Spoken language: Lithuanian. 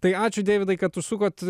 tai ačiū deividai kad užsukot